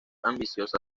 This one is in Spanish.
ambiciosa